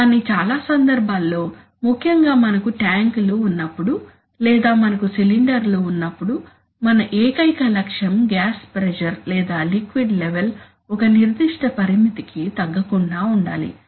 కానీ చాలా సందర్భాల్లో ముఖ్యంగా మనకు ట్యాంకులు ఉన్నప్పుడు లేదా మనకు సిలిండర్లు ఉన్నప్పుడు మన ఏకైక లక్ష్యం గ్యాస్ ప్రెజర్ లేదా లిక్విడ్ లెవెల్ ఒక నిర్దిష్ట పరిమితికి తగ్గకుండా ఉండాలి